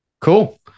cool